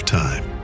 time